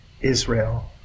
Israel